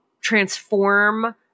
transform